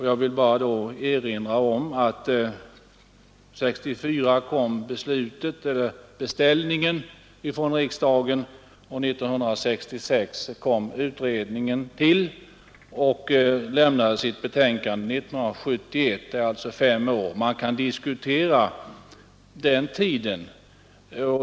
Jag vill då erinra om att beställningen från riksdagen kom 1964. År 1966 tillsattes utredningen, som lämnade sitt betänkande 1971. Den arbetade alltså under fem år, och naturligtvis kan man diskutera denna tidsrymd.